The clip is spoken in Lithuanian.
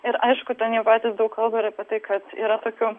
ir aišku ten jie patys daug kalba ir apie tai kas yra tokių